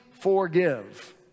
forgive